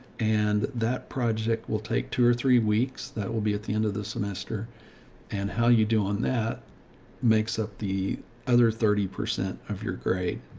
and that project will take two or three weeks. that will be at the end of the semester and how you do on that makes up the other thirty percent of your grade.